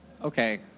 Okay